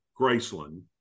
Graceland